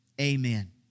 amen